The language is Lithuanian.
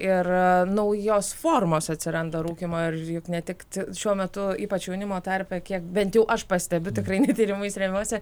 ir naujos formos atsiranda rūkymo ir juk ne tik šiuo metu ypač jaunimo tarpe kiek bent jau aš pastebiu tikrai ne tyrimais remiuosi